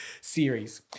series